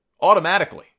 automatically